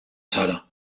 sarah